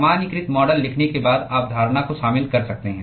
सामान्यीकृत मॉडल लिखने के बाद आप धारणा को शामिल कर सकते हैं